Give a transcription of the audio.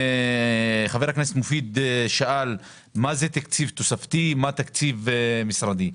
חבר הכנסת מופיד שאל מה זה תקציב תוספתי ומה זה תקציב משרדי.